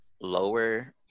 lower